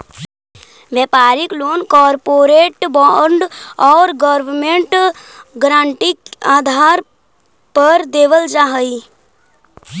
व्यापारिक loan corporate bond और government guarantee के आधार पर देवल जा हई